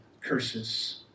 curses